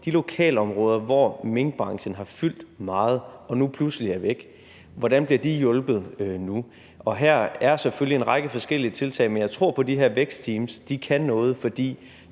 de lokalområder, hvor minkbranchen har fyldt meget og nu pludselig er væk, bliver hjulpet nu. Her er selvfølgelig en række forskellige tiltag, men jeg tror på, at de her vækstteams kan noget, for